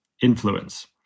influence